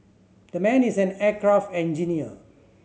the man is an aircraft engineer